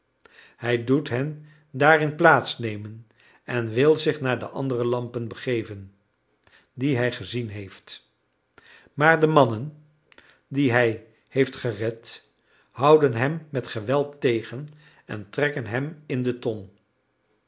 hij doet hen daarin plaats nemen en wil zich naar de andere lampen begeven die hij gezien heeft maar de mannen die hij heeft gered houden hem met geweld tegen en trekken hem in de ton